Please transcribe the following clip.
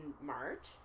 March